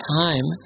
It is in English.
time